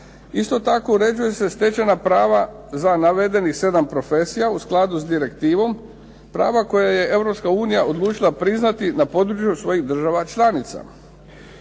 Isto tako, uređuju se stečena prava za navedenih 7 profesija u skladu s Direktivom, prava koja je Europska unija odlučila priznati na području svojih država članica.